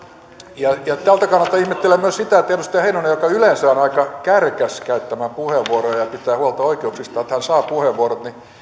tältä kannalta ihmettelen myös sitä että edustaja heinonen joka yleensä on aika kärkäs käyttämään puheenvuoroja ja ja pitää huolta oikeuksistaan että hän saa puheenvuorot